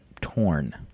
torn